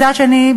מצד שני,